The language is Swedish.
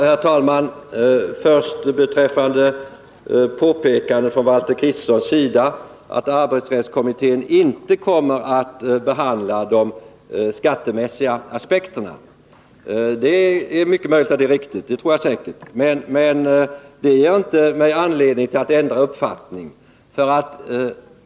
Herr talman! Valter Kristenson påpekade att arbetsrättskommittén inte kommer att behandla de skattemässiga aspekterna av denna fråga. Det är mycket möjligt att det är riktigt — det tror jag. Men det ger inte mig anledning att ändra uppfattning.